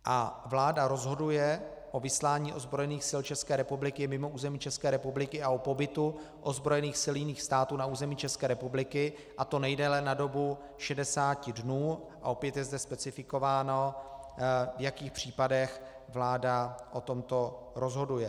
A vláda rozhoduje o vyslání ozbrojených sil České republiky mimo území České republiky a o pobytu ozbrojených sil jiných států na území České republiky, a to nejdéle na dobu 60 dnů a opět je zde specifikováno, v jakých případech vláda o tomto rozhoduje.